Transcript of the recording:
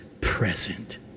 present